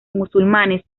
musulmanes